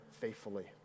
faithfully